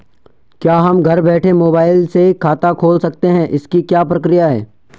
क्या हम घर बैठे मोबाइल से खाता खोल सकते हैं इसकी क्या प्रक्रिया है?